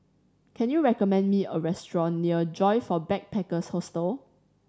can you recommend me a restaurant near Joyfor Backpackers' Hostel